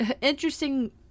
interesting